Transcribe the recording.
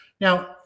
Now